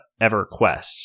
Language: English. EverQuest